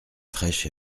fraîche